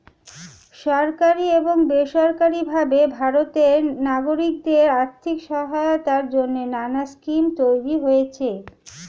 সরকারি এবং বেসরকারি ভাবে ভারতের নাগরিকদের আর্থিক সহায়তার জন্যে নানা স্কিম তৈরি হয়েছে